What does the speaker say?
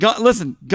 Listen